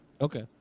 Okay